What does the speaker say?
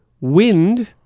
wind